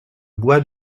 bois